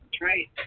right